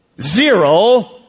zero